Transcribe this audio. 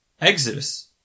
exodus